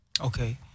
Okay